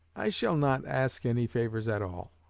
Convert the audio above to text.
i shall not ask any favors at all.